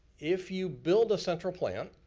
if you build a central plant,